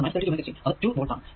അത് 32 16 അത് 2 വോൾട് ആണ്